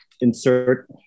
insert